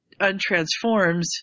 untransforms